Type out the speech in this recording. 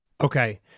Okay